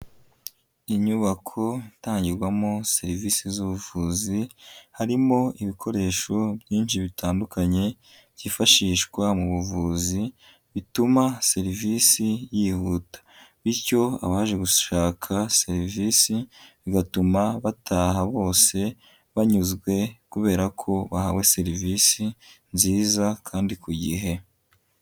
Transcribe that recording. Inyubako itangirwamo serivisi z'ubuvuzi, harimo ibikoresho byinshi bitandukanye byifashishwa mu buvuzi, bituma serivisi yihuta bityo abaje gushaka serivisi bigatuma bataha bose banyuzwe kubera ko bahawe serivisi nziza kandi ku gihe.